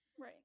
Right